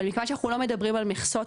אבל מכיוון שאנחנו לא מדברים על מכסות,